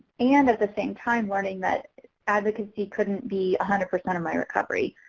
and at the same time learning that advocacy couldn't be a hundred percent of my recovery.